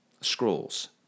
scrolls